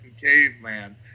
Caveman